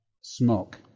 smoke